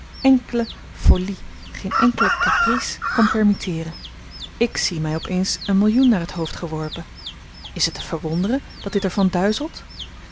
enkele folie geen enkele caprice kon permitteeren ik zie mij op eens een millioen naar het hoofd geworpen is het te verwonderen dat dit er van duizelt